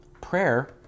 prayer